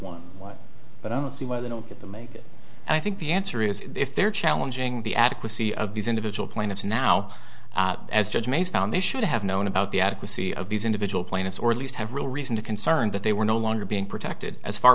one but i don't see why they don't get the make and i think the answer is if they're challenging the adequacy of these individual plaintiffs now as judge mays found they should have known about the adequacy of these individual plaintiffs or at least have real reason to concern that they were no longer being protected as far